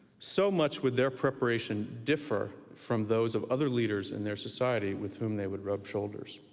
so much would their preparation differ from those of other leaders in their society with whom they would rub shoulders.